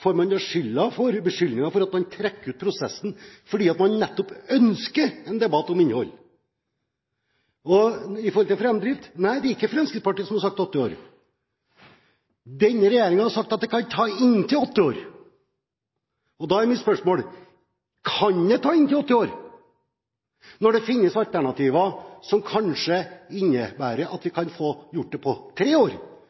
man beskyldninger for at man trekker ut prosessen fordi man nettopp ønsker en debatt om innhold. Og i forhold til framdrift: Nei, det er ikke Fremskrittspartiet som har sagt åtte år. Denne regjeringen har sagt at det kan ta inntil åtte år, og da er mitt spørsmål: Kan det ta inntil åtte år når det finnes alternativer som kanskje innebærer at vi